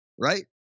right